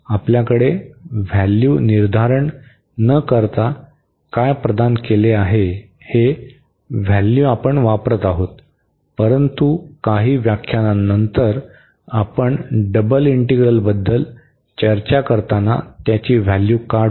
तर आपल्याकडे व्हॅल्यू निर्धारण न करता काय प्रदान केले आहे हे व्हॅल्यू आपण वापरत आहोत परंतु काही व्याख्यानांनंतर आपण डबल इंटीग्रलबद्दल चर्चा करताना त्याची व्हॅल्यू काढू